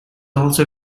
also